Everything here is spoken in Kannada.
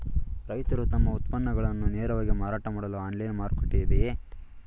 ರೈತರು ತಮ್ಮ ಉತ್ಪನ್ನಗಳನ್ನು ನೇರವಾಗಿ ಮಾರಾಟ ಮಾಡಲು ಆನ್ಲೈನ್ ಮಾರುಕಟ್ಟೆ ಇದೆಯೇ?